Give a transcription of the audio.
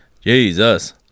Jesus